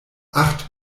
acht